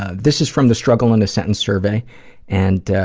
ah this is from the struggle in a sentence survey and.